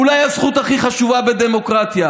אולי הזכות הכי חשובה בדמוקרטיה.